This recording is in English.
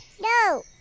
No